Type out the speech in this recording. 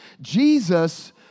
Jesus